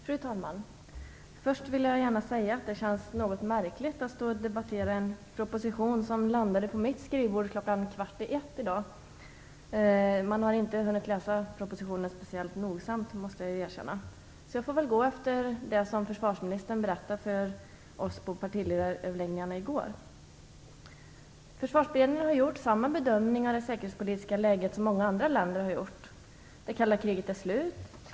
Fru talman! Först vill jag gärna säga att det känns något märkligt att debattera en proposition som landade på mitt skrivbord kl. 12.45 i dag. Jag har inte hunnit läsa propositionen speciellt noga; det måste jag erkänna. Jag får därför gå efter det som försvarsministern berättade för oss i går på partiledaröverläggningarna. Försvarsberedningen har gjort samma bedömningar av det säkerhetspolitiska läget som många andra länder har gjort: Det kalla kriget är slut.